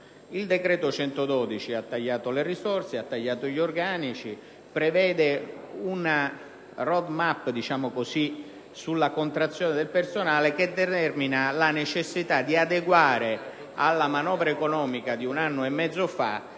112 del 2008 ha tagliato le risorse, ha tagliato gli organici e prevede una *road map* - diciamo così - sulla contrazione del personale che determina la necessità di adeguare alla manovra economica di un anno e mezzo fa